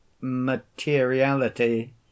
materiality